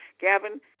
Gavin